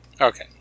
Okay